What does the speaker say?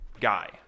Guy